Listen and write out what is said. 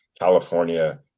california